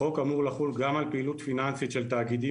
החוק אמור לחול גם על פעילות פיננסית של תאגידים